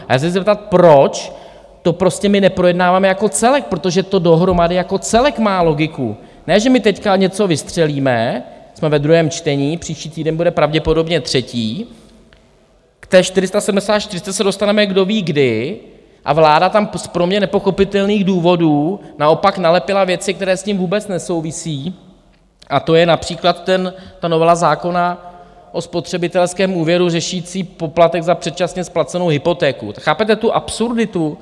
Chci se zeptat, proč to prostě neprojednáváme jako celek, protože to dohromady jako celek má logiku, ne že my teď něco vystřelíme jsme ve druhém čtení, příští týden bude pravděpodobně třetí, k té 474 se dostaneme kdoví kdy a vláda tam z pro mě nepochopitelných důvodů naopak nalepila věci, které s tím vůbec nesouvisí, to je například ta novela zákona o spotřebitelském úvěru řešící poplatek za předčasně splacenou hypotéku chápete tu absurditu?